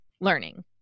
learning